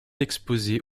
exposées